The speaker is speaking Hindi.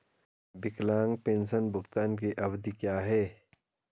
विकलांग पेंशन भुगतान की अवधि क्या है?